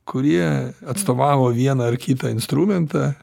kurie atstovavo vieną ar kitą instrumentą